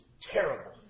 terrible